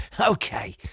Okay